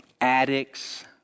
addicts